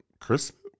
Christmas